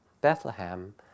Bethlehem